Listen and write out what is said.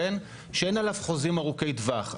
שאין עליו חוזים ארוכי טווח.